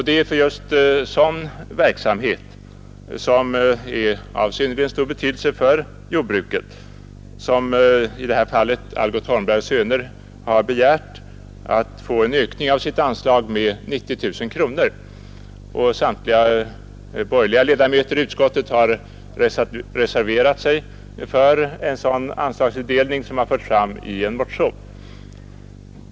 Det är för just sådan verksamhet, som är av synnerligen stor betydelse för jordbruket, som Algot Holmberg och Söner begärt att få en ökning av sitt anslag med 90 000 kronor. Samtliga borgerliga ledamöter i utskottet har reserverat sig för en sådan anslags 67 tilldelning, som föreslagits i en motion.